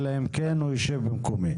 אלא אם כן הוא יושב במקומי.